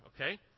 Okay